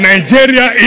Nigeria